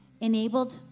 enabled